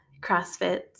CrossFit